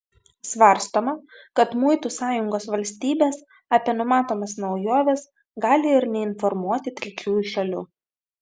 svarstoma kad muitų sąjungos valstybės apie numatomas naujoves gali ir neinformuoti trečiųjų šalių